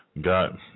Got